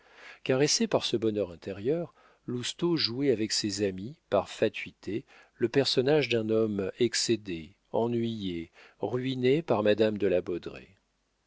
caressé par ce bonheur intérieur lousteau jouait avec ses amis par fatuité le personnage d'un homme excédé ennuyé ruiné par madame de la